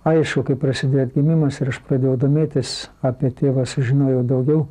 aišku kai prasidėjo atgimimas ir aš pradėjau domėtis apie tėvą sužinojau daugiau